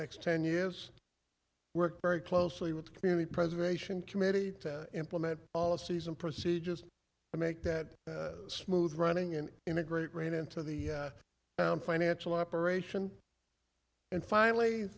next ten years i worked very closely with the community preservation committee to implement policies and procedures to make that smooth running and integrate ran into the financial operation and finally